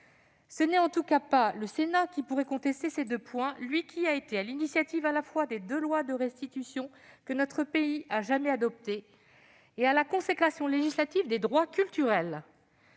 Ce n'est en tout cas pas le Sénat qui pourrait contester ces deux points, lui qui a été à l'initiative tant des deux seules lois de restitution que notre pays ait jamais adoptées que de la consécration législative des droits culturels.